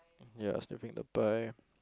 ya sniffing the pie